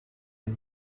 and